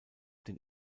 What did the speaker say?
den